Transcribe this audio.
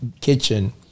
kitchen